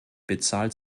bezahlt